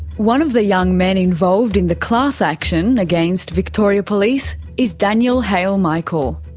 one of the young men involved in the class action against victoria police is daniel haile-michael.